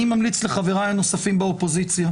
אני ממליץ לחבריי הנוספים באופוזיציה,